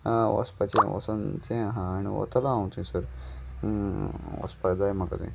वचपाचें वोसोनचें आहा आनी वतलो हांव थंयसर वचपा जाय म्हाका थंय